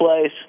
place